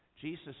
Jesus